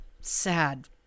sad